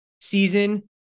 season